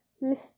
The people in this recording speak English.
Miss